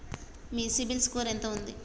మీ CIBIL score ఎంత ఉంది?